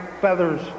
feathers